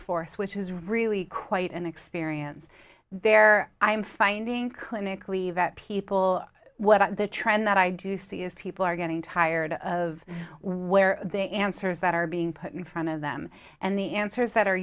force which is really quite an experience there i'm finding clinically that people what are the trend that i do see is people are getting tired of where the answers that are being put in front of them and the answers that are